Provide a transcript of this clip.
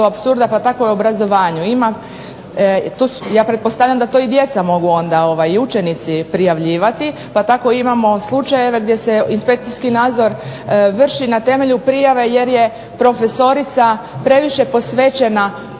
do apsurda pa tako i u obrazovanju. Ja pretpostavljam da to i djeca mogu onda i učenici prijavljivati, pa tako imamo slučajeve gdje se inspekcijski nadzor vrši na temelju prijave jer je profesorica previše posvećena modi